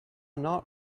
not